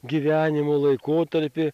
gyvenimo laikotarpį